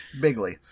Bigly